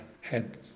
head